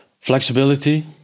Flexibility